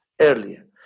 earlier